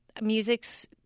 Music's